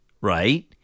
right